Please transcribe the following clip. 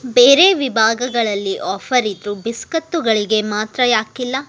ಬೇರೆ ವಿಭಾಗಗಳಲ್ಲಿ ಆಫರ್ ಇದ್ದರೂ ಬಿಸ್ಕತ್ತುಗಳಿಗೆ ಮಾತ್ರ ಯಾಕಿಲ್ಲ